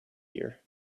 ear